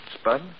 Spud